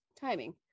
timing